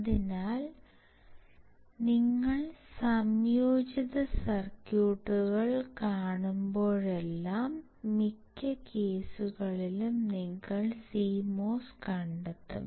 അതിനാൽ നിങ്ങൾ സംയോജിത സർക്യൂട്ടുകൾ കാണുമ്പോഴെല്ലാം മിക്ക കേസുകളിലും നിങ്ങൾ CMOS കണ്ടെത്തും